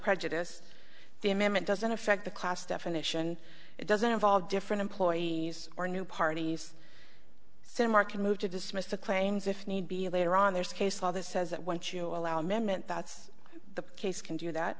prejudice the amendment doesn't affect the class definition it doesn't involve different employees or new parties so mark can move to dismiss the claims if need be later on there's case law that says that once you allow amendment that's the case can do that